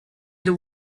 the